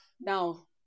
Now